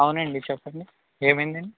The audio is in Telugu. అవునండి చెప్పండి ఏమైందండీ